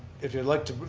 if you'd like to.